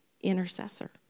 intercessor